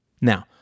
Now